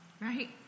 right